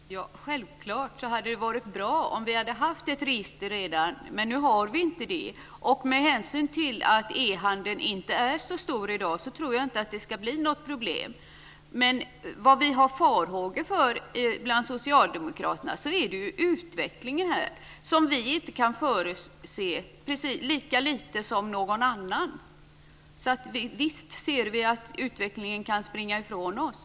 Fru talman! Självklart hade det varit bra om vi hade haft ett register redan. Nu finns det inte. Med hänsyn till att e-handeln inte är så stor i dag tror jag inte att det ska bli något problem. Men vi bland socialdemokraterna har farhågor för utvecklingen som vi, lika lite som någon annan, inte kan förutse. Visst ser vi att utvecklingen kan springa ifrån oss.